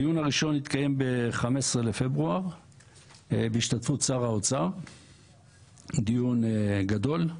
הדיון הראשון התקיים ב-15 בפברואר בהשתתפות שר האוצר בדיון גדול,